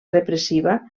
repressiva